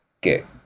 get